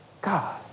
God